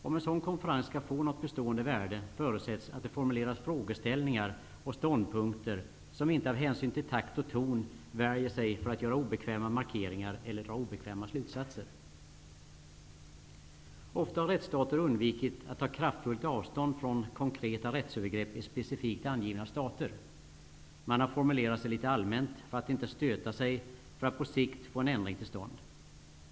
Om en sådan konferens skall få något bestående värde förutsätts att det formuleras frågeställningar och ståndpunkter där man inte av hänsyn till takt och ton värjer sig för att göra obekväma markeringar eller dra obekväma slutsatser. Ofta har rättsstater undvikit att ta kraftfullt avstånd från konkreta rättsövergrepp i specifikt angivna stater. Man har formulerat sig litet allmänt för att inte stöta sig, för att på sikt få en ändring till stånd.